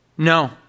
No